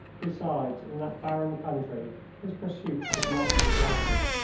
besides, in that barren country his pursuit could not be rapid.